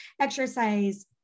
exercise